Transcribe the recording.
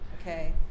okay